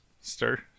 Stir